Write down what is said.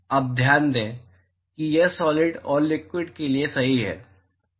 अब ध्यान दें कि यह सॉलिड और लिक्विड के लिए सही है